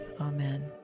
Amen